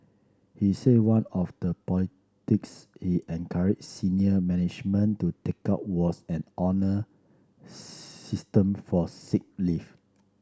he said one of the he encouraged senior management to take up was an honour system for sick leave